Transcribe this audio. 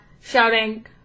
shouting